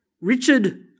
Richard